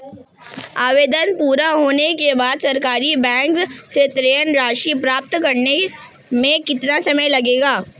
आवेदन पूरा होने के बाद सरकारी बैंक से ऋण राशि प्राप्त करने में कितना समय लगेगा?